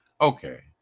Okay